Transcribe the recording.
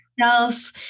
self